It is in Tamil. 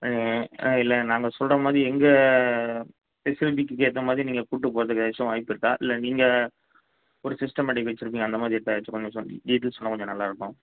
இல்லை நாங்கள் சொல்கிற மாதிரி எங்கள் பெசிலிட்டிக்கு ஏற்ற மாதிரி நீங்கள் கூட்டு போகிறதுக்கு ஏதாச்சும் வாய்ப்பு இருக்கா இல்லை நீங்கள் ஒரு சிஸ்டமேட்டிக் வச்சுருக்கிங்க அந்த மாதிரி டீடெயில்ஸ்லாம் கொஞ்சம் நல்லா இருக்கும்